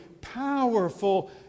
powerful